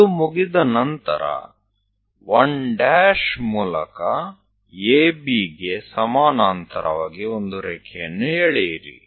ಅದು ಮುಗಿದ ನಂತರ 1' ಮೂಲಕ ABಗೆ ಸಮಾನಾಂತರವಾಗಿ ಒಂದು ರೇಖೆಯನ್ನು ಎಳೆಯಿರಿ